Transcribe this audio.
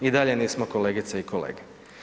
I dalje nismo kolegice i kolege.